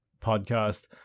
podcast